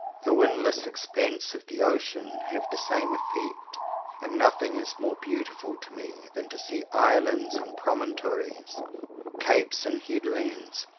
the windless expanses of the ocean have the same effect and nothing is more beautiful to me than to see islands and promontories, capes and headlands,